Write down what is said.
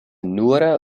nura